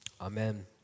Amen